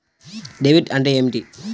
Debit అంటే ఏమిటి?